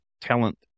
talent